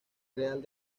real